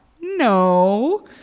No